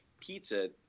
pizza